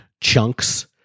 chunks